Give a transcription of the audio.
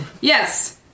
Yes